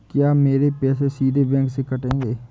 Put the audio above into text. क्या मेरे पैसे सीधे बैंक से कटेंगे?